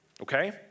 Okay